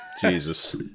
Jesus